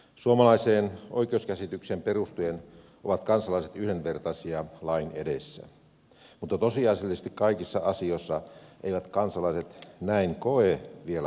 suomalaiseen oikeuskäsitykseen perustuen ovat kansalaiset yhdenvertaisia lain edessä mutta tosiasiallisesti kaikissa asioissa eivät kansalaiset näin koe vielä olevan